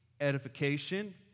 edification